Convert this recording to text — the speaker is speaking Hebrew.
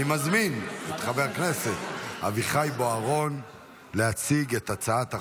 אני מזמין את חבר הכנסת אביחי בוארון להציג את הצעת החוק.